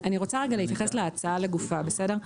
אני רוצה רגע להתייחס להצעה לגופה, בסדר?